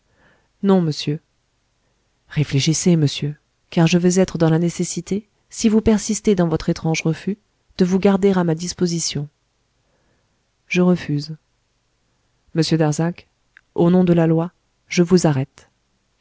non monsieur réfléchissez monsieur car je vais être dans la nécessité si vous persistez dans votre étrange refus de vous garder à ma disposition je refuse monsieur darzac au nom de la loi je vous arrête